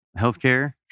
healthcare